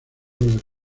del